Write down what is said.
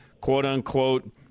quote-unquote